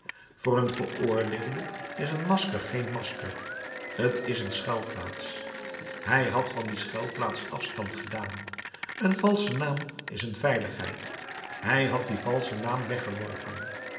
voor een veroordeelde is een masker geen masker t is een schuilplaats hij had van die schuilplaats afstand gedaan een valsche naam is een veiligheid hij had dien valschen naam